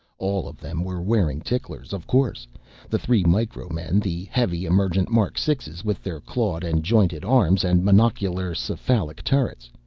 all of them were wearing ticklers, of course the three micro-men the heavy emergent mark six s with their clawed and jointed arms and monocular cephalic turrets,